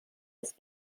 ist